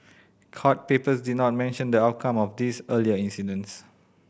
court papers did not mention the outcome of these earlier incidents